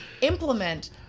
implement